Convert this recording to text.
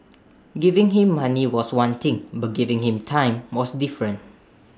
giving him money was one thing but giving him time was different